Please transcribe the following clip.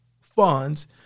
funds